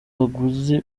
baguzi